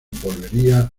volvería